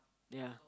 ya